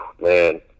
man